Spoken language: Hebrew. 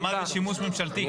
אבל מה זה שימוש ממשלתי?